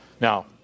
Now